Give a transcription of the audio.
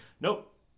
nope